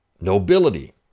nobility